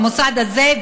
במוסד הזה,